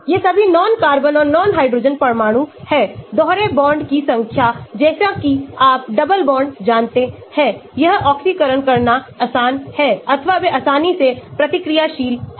ये सभीनॉन कार्बन और नॉन हाइड्रोजन परमाणु हैं दोहरे बांड की संख्या जैसा कि आप डबल बांड जानते हैं यह ऑक्सीकरण करना आसान है अथवा वे आसानी से प्रतिक्रियाशील हैं